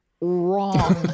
wrong